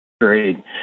Great